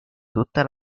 tutta